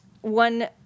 one